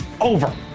over